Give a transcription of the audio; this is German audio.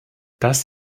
das